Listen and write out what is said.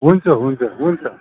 हुन्छ हुन्छ हुन्छ